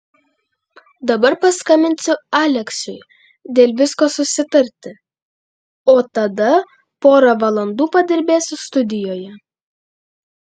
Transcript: dabar paskambinsiu aleksiui dėl visko susitarti o tada porą valandų padirbėsiu studijoje